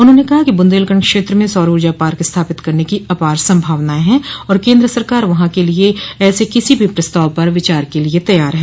उन्होंने कहा कि बुन्देलखंड क्षेत्र में सौर ऊर्जा पार्क स्थापित करने की आपार संभावनाएं है और केन्द्र सरकार वहां के लिए ऐसे किसी भी प्रस्ताव पर विचार के लिए तैयार है